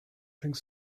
things